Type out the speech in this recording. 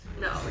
no